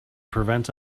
prevent